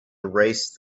erased